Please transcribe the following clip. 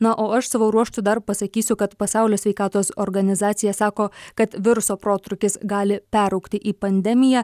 na o aš savo ruožtu dar pasakysiu kad pasaulio sveikatos organizacija sako kad viruso protrūkis gali peraugti į pandemiją